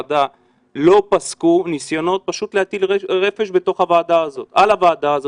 פסקו ניסיונות להטיל רשף על הוועדה הזאת,